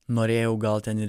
norėjau gal ten ir